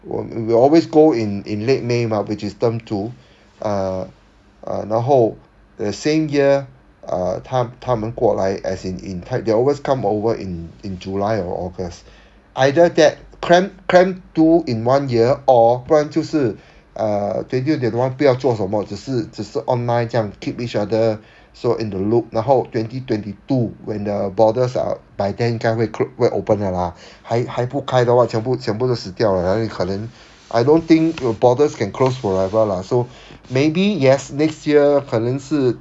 我 we always go in in late may mah which is term two uh uh 然后 the same year err 他他们过来 as in in fact they always come over in in july or august either that cram cram two in one year or 不然就是 uh twenty twenty one 不要做什么只是只是 online 这样 keep each other so in the loop 然后 twenty twenty two when the borders are by then 应该会 close 会 open liao lah 还还不开的话全部全部都死掉了哪里可能 I don't think the borders can close forever lah so maybe yes next year 可能是